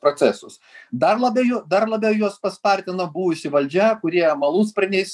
procesus dar labai jų dar labiau juos paspartino buvusi valdžia kurie malūnsparniais